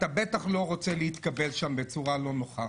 אתה בטח לא רוצה להתקבל שם בצורה לא נוחה.